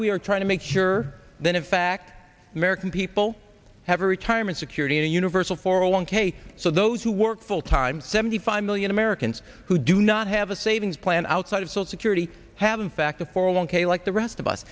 we are trying to make sure that in fact american people have a retirement security and universal for a long k so those who work full time seventy five million americans who do not have a savings plan outside of school security have in fact a for a long day like the rest of us